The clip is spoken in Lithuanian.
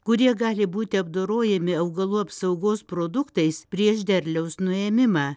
kurie gali būti apdorojami augalų apsaugos produktais prieš derliaus nuėmimą